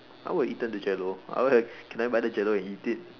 I would've eaten the jello I would have can I buy the jello and eat it